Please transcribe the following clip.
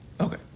Okay